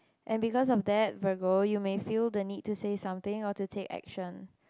and because of that Virgo you may feel the need to say something or to take action